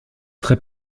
très